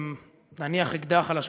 להניח אקדח על השולחן.